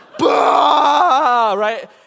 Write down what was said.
Right